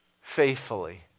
faithfully